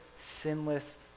sinless